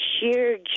sheer